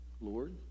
Lord